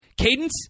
Cadence